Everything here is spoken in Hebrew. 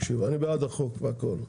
אני בעד החוק והכול,